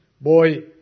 Boy